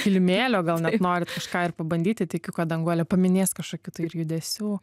kilimėlio gal norit kažką ir pabandyti tikiu kad danguolė paminės kažkokių tai ir judesių